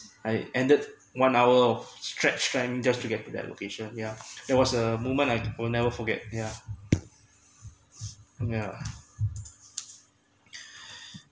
I ended one hour of stretched time just to get to that location yeah there was a moment I will never forget yeah yeah